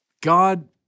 God